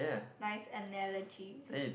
nice analogy